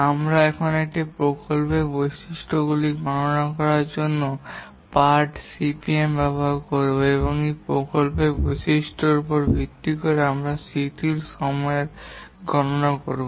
আমরা এই প্রকল্পের বৈশিষ্ট্যগুলি গণনা করার জন্য পার্ট সিপিএম ব্যবহার করব এবং এই প্রকল্পের বৈশিষ্ট্যের উপর ভিত্তি করে আমরা শিথিল সময়ের গণনা করব